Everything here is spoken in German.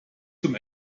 zum